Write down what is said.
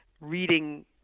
reading